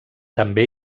també